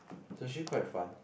it's actually quite fun